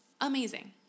amazing